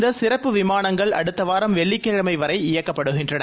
இந்த சிறப்பு விமானங்கள் அடுத்த வாரம் வெள்ளிக்கிழமை வரை இயக்கப்படுகின்றன